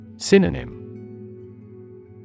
Synonym